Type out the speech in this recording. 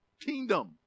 Kingdom